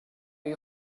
you